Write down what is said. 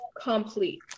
complete